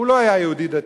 הוא לא היה יהודי דתי,